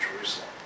Jerusalem